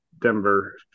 Denver